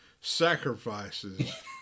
sacrifices